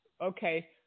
Okay